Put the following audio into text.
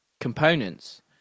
components